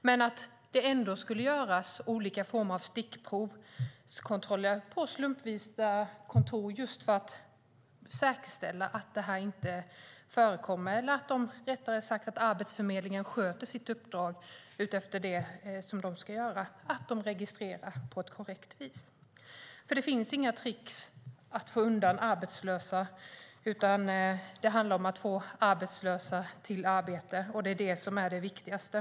Det skulle trots det göras olika stickprovskontroller på slumpvisa kontor för att säkerställa att det inte förekommer eller rättare sagt att Arbetsförmedlingen sköter sitt uppdrag som de ska och registrerar på ett korrekt vis. Det finns inga trick för att få undan arbetslösa, utan det handlar om att få dem i arbete. Det är det viktigaste.